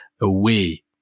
away